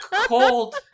cold